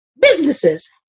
businesses